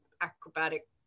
acrobatic